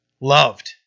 loved